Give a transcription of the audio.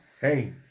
Hey